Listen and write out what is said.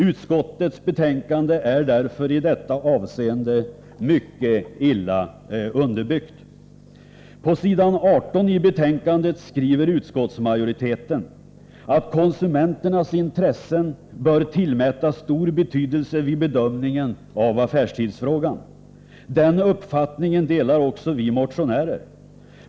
Utskottets betänkande är därför i detta avseende mycket illa underbyggt. På s. 18 i betänkandet skriver utskottsmajoriteten att konsumenternas intressen bör tillmätas stor betydelse vid bedömningen av affärstidsfrågan. Den uppfattningen delar också vi motionärer.